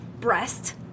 Breast